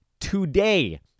TODAY